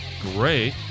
Great